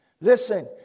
Listen